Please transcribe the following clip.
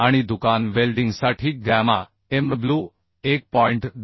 आणि दुकान वेल्डिंगसाठी गॅमा mw 1